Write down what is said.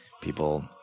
people